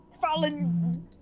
fallen